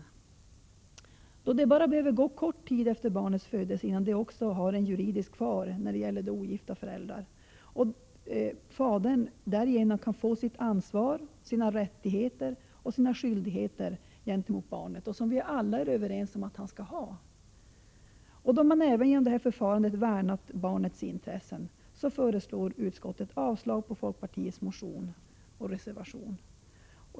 I fall med ogifta föräldrar behöver det bara gå kort tid efter barnets födelse innan det också har en juridisk far, och denne kan därigenom få sitt ansvar, sina rättigheter och skyldigheter gentemot barnet — och det är vi alla överens om att han skall ha. Genom detta förfarande har man även värnat barnets intressen. Därför yrkar utskottet avslag på folkpartiets motion som ligger till grund för reservationen.